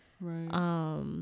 right